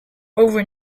over